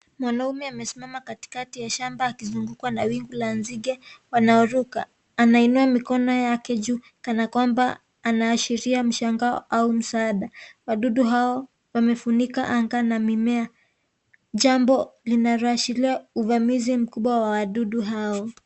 Mwanaume amesimama katikati ya shamba akizunguka kwa kundi la nzige wanaoruka. Anainua mikono Yake juu kana kwamba anashiria au msaada. wadudu hao wamefunika anga na mimea. Jambo inarashilia uvamizi mkubwa wa wadudu hawa.